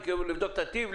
לבדוק את הטיב,